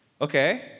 okay